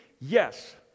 Yes